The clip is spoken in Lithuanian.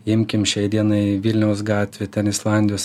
imkim šiai dienai vilniaus gatvę ten islandijos